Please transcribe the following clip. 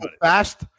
fast